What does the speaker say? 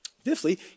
fifthly